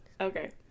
Okay